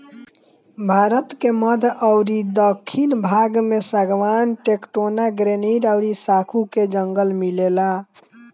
भारत के मध्य अउरी दखिन भाग में सागवान, टेक्टोना, ग्रैनीड अउरी साखू के जंगल मिलेला